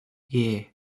year